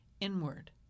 inward